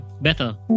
better